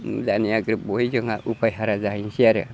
जानाया ग्रोब बहाय जोंहा उफाय हारा जाहैनसै आरो